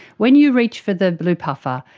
when you reach for the blue puffer,